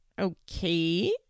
okay